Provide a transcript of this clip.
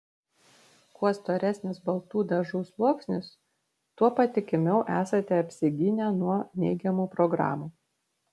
kuo storesnis baltų dažų sluoksnis tuo patikimiau esate apsigynę nuo neigiamų programų